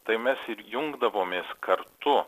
tai mes ir jungdavomės kartu